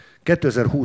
2020